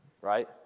right